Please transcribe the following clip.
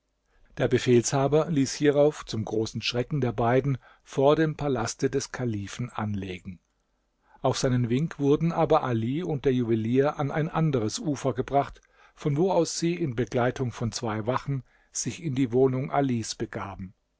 der befehlshaber ließ hierauf zum großen schrecken der beiden vor dem palaste des kalifen anlegen auf seinen wink wurden aber ali und der juwelier an ein anderes ufer gebracht von wo aus sie in begleitung von zwei wachen sich in die wohnung alis begaben